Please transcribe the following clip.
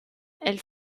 elle